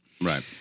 Right